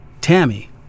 Tammy